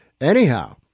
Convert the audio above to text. Anyhow